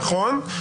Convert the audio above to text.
נכון.